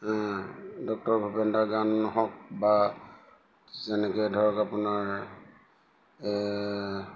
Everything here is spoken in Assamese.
ডক্টৰ ভূপেনদাৰ গান হওক বা যেনেকৈ ধৰক আপোনাৰ